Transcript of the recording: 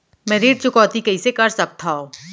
मैं ऋण चुकौती कइसे कर सकथव?